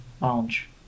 lounge